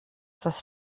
das